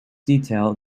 detail